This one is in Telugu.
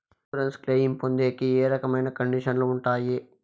ఇన్సూరెన్సు క్లెయిమ్ పొందేకి ఏ రకమైన కండిషన్లు ఉంటాయి?